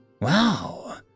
Wow